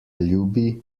ljubi